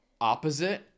opposite